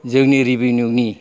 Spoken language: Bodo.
जोंनि रिभेनिउ नि